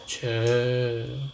!chey!